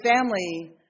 family